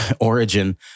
origin